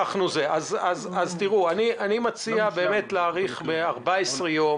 אני מציע להאריך ב-14 יום,